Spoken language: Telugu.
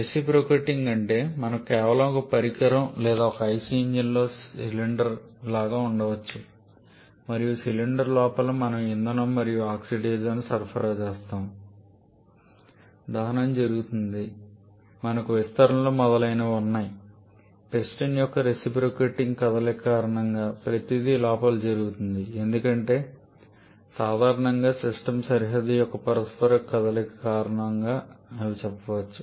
రెసిప్రొకేటింగ్ అంటే మనకు కేవలం ఒక పరికరం లేదా ఒక ఐసి ఇంజిన్లో సిసిండర్ లాగా ఉండవచ్చు మరియు సిలిండర్ లోపల మనము ఇంధనం మరియు ఆక్సిడైజర్ను సరఫరా చేస్తాము దహనము జరుగుతుంది మనకు విస్తరణలు మొదలైనవి ఉన్నాయి పిస్టన్ యొక్క రిసిప్రొకేటింగ్ కదలిక కారణంగా ప్రతిదీ లోపల జరుగుతుంది ఎందుకంటే సాధారణంగా సిస్టమ్ సరిహద్దు యొక్క పరస్పర కదలిక కారణంగా అని చెప్పవచ్చు